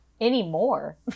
Anymore